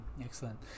Excellent